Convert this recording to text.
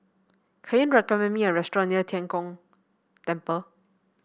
can you recommend me a restaurant near Tian Kong Temple